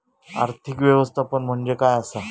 आर्थिक व्यवस्थापन म्हणजे काय असा?